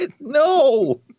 No